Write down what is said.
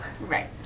Right